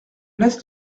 laisse